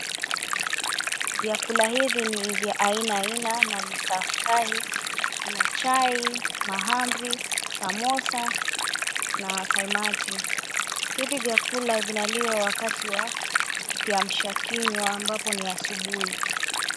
Vyakula hivi ni vya aina aina na ni saftahi. Kuna chai, mahamri, samosa na kaimati. Hivi vyakula vinaliwa wakati wa kiamsha kinywa ambapo ni asubuhi.